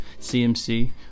CMC